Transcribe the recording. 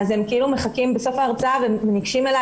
והם מחכים בסוף ההרצאה וניגשים אלי